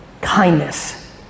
Kindness